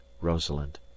rosalind